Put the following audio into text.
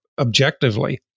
objectively